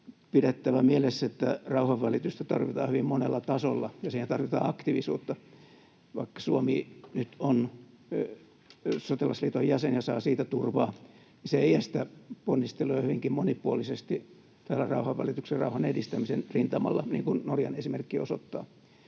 pidettävä mielessä, että rauhanvälitystä tarvitaan hyvin monella tasolla ja siihen tarvitaan aktiivisuutta. Vaikka Suomi nyt on sotilasliiton jäsen ja saa siitä turvaa, se ei estä ponnisteluja hyvinkin monipuolisesti täällä rauhanvälityksen, rauhan edistämisen rintamalla, niin kuin Norjan esimerkki osoittaa.